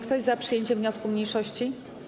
Kto jest za przyjęciem wniosku mniejszości?